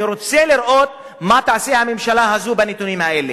אני רוצה לראות מה תעשה הממשלה הזו בנתונים האלה.